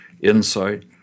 insight